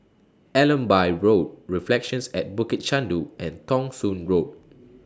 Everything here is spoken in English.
Allenby Road Reflections At Bukit Chandu and Thong Soon Road